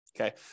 Okay